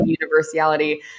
universality